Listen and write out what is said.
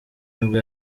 nibwo